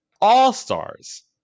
All-stars